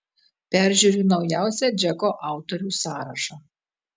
peržiūriu naujausią džeko autorių sąrašą